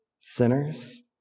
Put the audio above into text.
sinners